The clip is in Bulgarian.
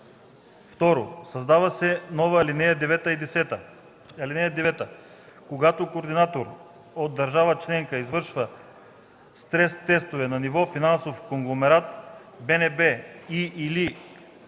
2. Създават се нови ал. 9 и 10: „(9) Когато координатор от държава членка извършва стрес-тестове на ниво финансов конгломерат, БНБ и/или